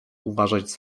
uważać